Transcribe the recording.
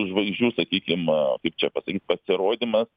tų žvaigždžių sakykim kaip čia pasakyt pasirodymas